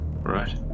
right